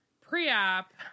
pre-op